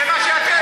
זה מה שאתם.